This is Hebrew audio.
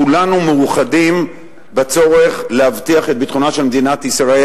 כולנו מאוחדים בצורך להבטיח את ביטחונה של מדינת ישראל,